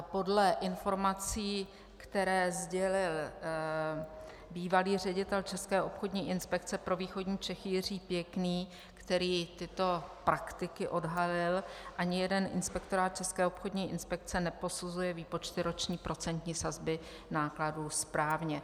Podle informací, které sdělil bývalý ředitel České obchodní inspekce pro východní Čechy Jiří Pěkný, který tyto prakticky odhalil, ani jeden inspektorát České obchodní inspekce neposuzuje výpočty roční procentní sazby nákladů správně.